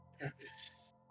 purpose